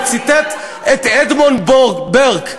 הוא ציטט את אדמונד ברק.